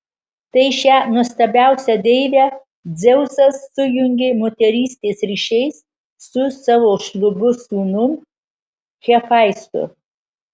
tai šią nuostabiausią deivę dzeusas sujungė moterystės ryšiais su savo šlubu sūnum hefaistu